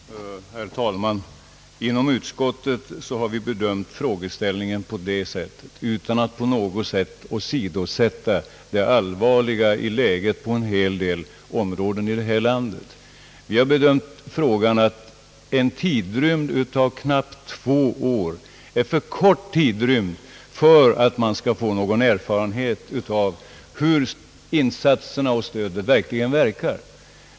Herr talman! Inom utskottet har vi utan att på något sätt förbise det allvarliga i läget på en hel del områden i detta land ansett, att en tidrymd av knappa två år är en alltför kort tid för att man skall få någon erfarenhet av hur insatserna och stödet i realiteten verkat.